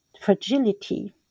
fragility